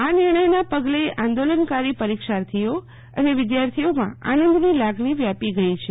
આ નિર્ણયના પગલે આંદોલનકારી પરીક્ષાર્થીઓ અને વિદ્યાર્થીઓ માં આનંદની લાગણી વ્યાપી ગઈ છે